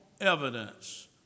evidence